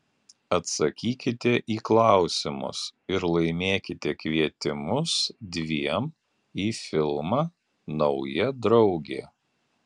atsakykite į klausimus ir laimėkite kvietimus dviem į filmą nauja draugė